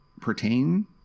pertain